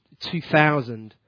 2000